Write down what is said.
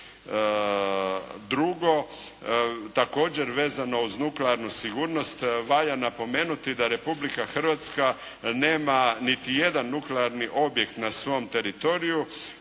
Drugo, također vezano uz nuklearnu sigurnost valja napomenuti da Republika Hrvatska nema niti jedan nuklearni objekt na svom teritoriju.